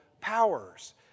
powers